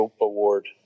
Award